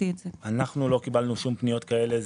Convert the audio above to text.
אנחנו לא קיבלנו פניות כאלה.